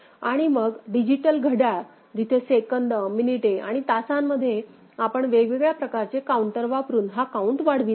आणि मग डिजिटल घड्याळ जिथे सेकंद मिनिटे आणि तासांमध्ये आपण वेगवेगळ्या प्रकारचे काउंटर वापरुन हा काउंट वाढवित आहोत